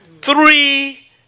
three